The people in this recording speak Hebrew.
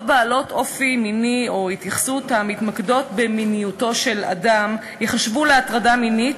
בעלות אופי מיני או התייחסויות המתמקדות במיניותו של האדם להטרדה מינית,